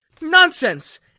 Nonsense